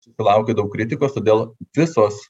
sulaukė daug kritikos todėl visos